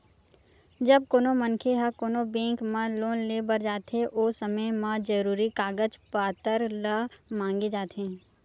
जब कोनो मनखे ह कोनो बेंक म लोन लेय बर जाथे ओ समे म जरुरी कागज पत्तर ल मांगे जाथे